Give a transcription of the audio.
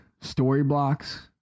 Storyblocks